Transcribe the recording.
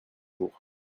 jours